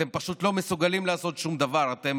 אתם